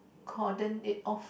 cordon it off